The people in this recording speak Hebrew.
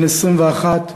בן 21,